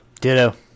Ditto